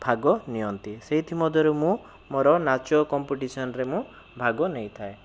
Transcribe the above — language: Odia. ଭାଗ ନିଅନ୍ତି ସେଇଥି ମଧ୍ୟରୁ ମୁଁ ମୋର ନାଚ କମ୍ପଟିସନରେ ମୁଁ ଭାଗ ନେଇଥାଏ